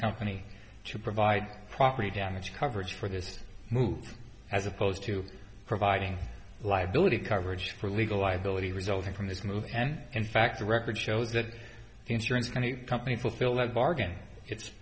company to provide property damage coverage for this move as opposed to providing liability coverage for legal liability resulting from this move and in fact the record shows that the insurance company fulfill that bargain it's